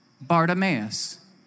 Bartimaeus